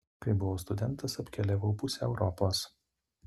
kai buvau studentas apkeliavau pusę europos